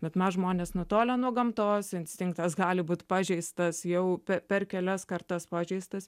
bet mes žmonės nutolę nuo gamtos instinktas gali būt pažeistas jau per kelias kartas pažeistas